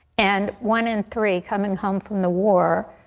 and one in three coming home from the war,